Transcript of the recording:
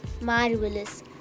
marvelous